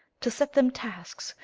to set them tasks,